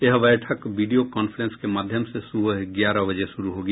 यह बैठक video conference के माध्यम से सुबह ग्यारह बजे शुरू होगी